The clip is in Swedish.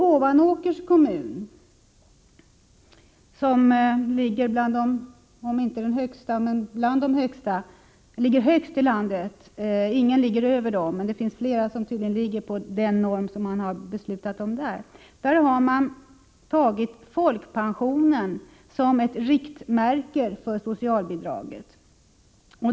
Ovanåkers kommun ligger högst i landet när det gäller norm — ingen ligger över, men det finns fler kommuner som har samma norm som man har beslutat om i Ovanåker. Där har man tagit folkpensionen som ett riktmärke för socialbidraget.